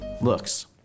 looks